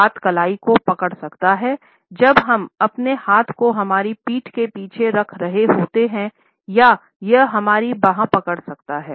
हाथ कलाई को पकड़ सकता है जब हम अपने हाथों को हमारी पीठ के पीछे रख रहे होते हैं या यह हमारी बाँह पकड़ सकता है